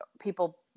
people